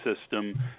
system